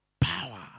power